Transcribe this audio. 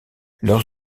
leurs